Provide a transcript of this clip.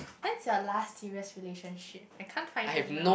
when's your last serious relationship I can't find it now